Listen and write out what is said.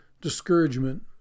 Discouragement